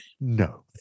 No